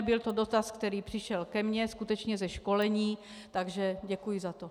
Byl to dotaz, který přišel ke mně skutečně ze školení, takže děkuji za to.